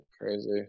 Crazy